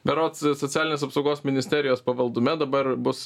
berods socialinės apsaugos ministerijos pavaldume dabar bus